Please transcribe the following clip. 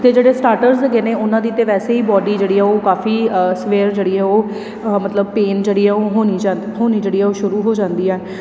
ਅਤੇ ਜਿਹੜੇ ਸਟਾਰਟਰਸ ਹੈਗੇ ਨੇ ਉਹਨਾਂ ਦੀ ਤਾਂ ਵੈਸੇ ਹੀ ਬੋਡੀ ਜਿਹੜੀ ਉਹ ਕਾਫੀ ਸਵੇਰ ਜਿਹੜੀ ਹੈ ਉਹ ਮਤਲਬ ਪੇਨ ਜਿਹੜੀ ਹੈ ਉਹ ਹੋਣੀ ਜਾਂਦ ਹੋਣੀ ਜਿਹੜੀ ਉਹ ਸ਼ੁਰੂ ਹੋ ਜਾਂਦੀ ਹੈ